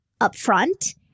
upfront